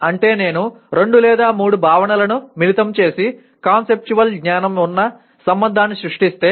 అంటే నేను రెండు లేదా మూడు భావనలను మిళితం చేసి కాన్సెప్చువల్ జ్ఞానం ఉన్న సంబంధాన్ని సృష్టిస్తే